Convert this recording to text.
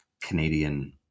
Canadian